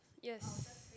yes